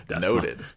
Noted